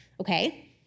okay